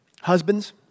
Husbands